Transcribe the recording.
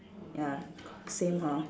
ya same hor